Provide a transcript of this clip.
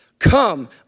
Come